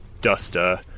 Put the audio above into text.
Duster